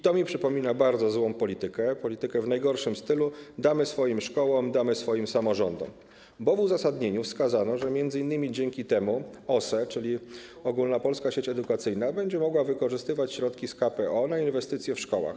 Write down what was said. To mi przypomina bardzo złą politykę, politykę w najgorszym stylu: damy swoim szkołom, damy swoim samorządom, bo w uzasadnieniu wskazano, że m.in. dzięki temu OSE, czyli ogólnopolska sieć edukacyjna, będzie mogła wykorzystywać środki z KPO na inwestycje w szkołach.